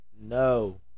no